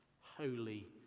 holy